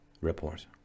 report